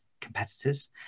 competitors